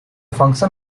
function